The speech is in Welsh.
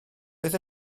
beth